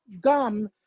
gum